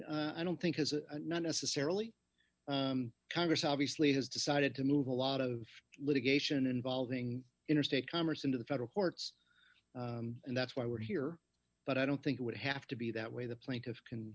so i don't think has a not necessarily congress obviously has decided to move a lot of litigation involving interstate commerce into the federal courts and that's why we're here but i don't think it would have to be that way the plaintiff can